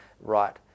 right